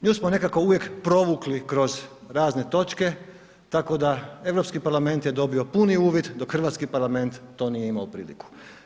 Nju smo nekako uvijek provukli kroz razne točke tako da Europski parlament je dobio puni uvid dok hrvatski Parlament to nije imao priliku.